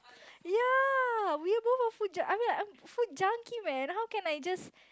ya we are both are food jun~ I mean I'm food junkie man how can I just